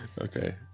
Okay